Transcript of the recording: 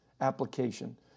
application